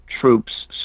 troops